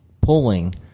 pulling